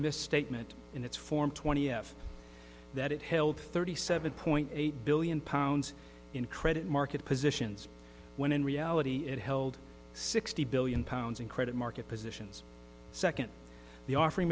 misstatement in its form twenty f that it held thirty seven point eight billion pounds in credit market positions when in reality it held sixty billion pounds in credit market positions second the offering